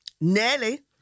Nearly